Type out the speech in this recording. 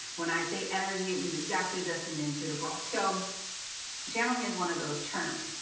when i say energy, it means exactly this in the intuitive world. so channeling is one of those terms,